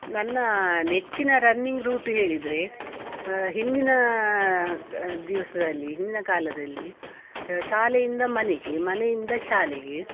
ನನ್ನ ನೆಚ್ಚಿನ running route ಹೇಳಿದರೆ ಹಿಂದಿನ ದಿವಸದಲ್ಲಿ ಹಿಂದಿನ ಕಾಲದಲ್ಲಿ ಶಾಲೆಯಿಂದ ಮನೆಗೆ ಮನೆಯಿಂದ ಶಾಲೆಗೆ